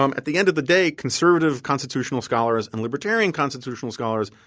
um at the end of the day, conservative constitutional scholars and libertarian constitutional scholars,